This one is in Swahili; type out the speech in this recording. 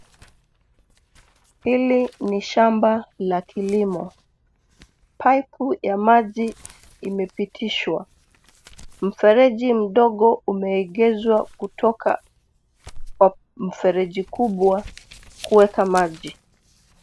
Hili ni shamba la kilimo pipu ya maji imepitishwa. Mfereji mdogo umeegezwa kutoka kwa mfereji kubwa kueka maji.